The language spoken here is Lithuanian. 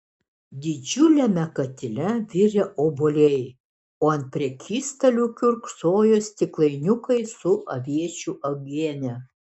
didžiuliame katile virė obuoliai o ant prekystalių kiurksojo stiklainiukai su aviečių uogiene